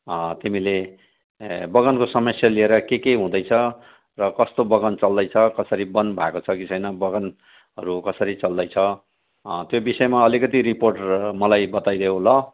तिमीले बगानको समस्या लिएर के के हुँदैछ र कस्तो बगान चल्दैछ कसरी बन्द भएको छ कि छैन बगानहरू कसरी चल्दैछ त्यो विषयमा अलिकति रिपोर्ट मलाई बताइदेऊ ल